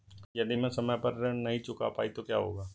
यदि मैं समय पर ऋण नहीं चुका पाई तो क्या होगा?